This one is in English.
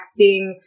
texting